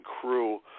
crew